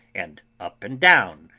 and up and down,